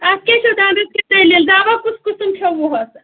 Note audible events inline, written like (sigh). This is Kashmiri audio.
اَتھ کیٛاہ چھو دنٛدَس (unintelligible) دٔلیٖل دَوا کُس قٕسٕم کھیوٚوُہَس